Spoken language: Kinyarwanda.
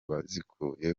bazikuye